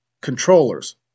controllers